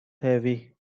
heavy